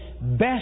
best